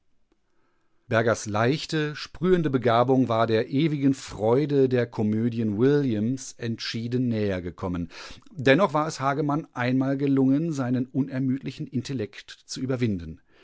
bergers leichte sprühende begabung war der ewigen freude der komödien williams entschieden näher gekommen dennoch war es hagemann einmal gelungen seinen unermüdlichen intellekt zu überwinden